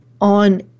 on